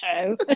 show